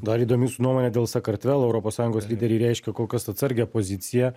dar įdomi jūsų nuomonė dėl sakartvelo europos sąjungos lyderiai reiškia kol kas atsargią poziciją